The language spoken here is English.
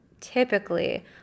typically